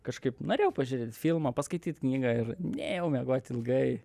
kažkaip norėjau pažiūrėt filmą paskaityt knygą ir nėjau miegot ilgai